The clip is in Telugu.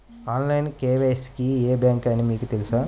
ఆన్లైన్ కే.వై.సి కి ఏ బ్యాంక్ అని మీకు తెలుసా?